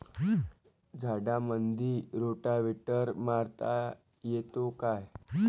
झाडामंदी रोटावेटर मारता येतो काय?